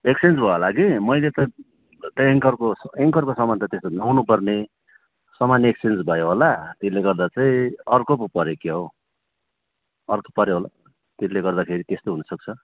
exchange भयो होला कि मैले त त्यो एङ्कोरको एङ्कोरको सामान त त्यस्तो नहुनुपर्ने सामान एक्सचेन्ज भयो होला त्यसले गर्दा चाहिँ अर्को पो पऱ्यो क्या हौ अर्को पऱ्यो होला त्यसले गर्दाखेरि त्यस्तो हुनुसक्छ